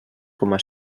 coma